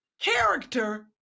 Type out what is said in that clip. character